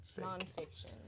non-fiction